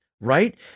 Right